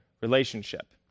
relationship